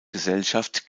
gesellschaft